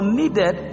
needed